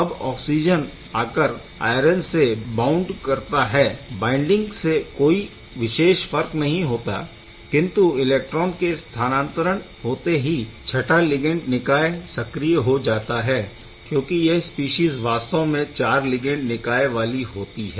अब ऑक्सिजन आकर आयरन से बाइण्ड करता है बाइंडिंग से कोई विशेष फर्क नहीं होता किंतु इलेक्ट्रॉन के स्थानांतरण होते ही छटा लिगैण्ड निकाय सक्रिय हो जाता है क्योंकि यह स्पीशीज़ वास्तव में चार लिगैण्ड निकाय वाली होती है